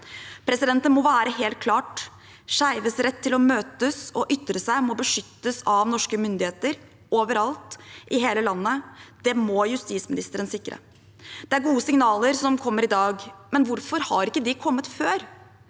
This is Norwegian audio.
deres. Det må være helt klart: Skeives rett til å møtes og ytre seg må beskyttes av norske myndigheter overalt, i hele landet. Det må justisministeren sikre. Det er gode signaler som kommer i dag, men hvorfor har ikke de kommet før?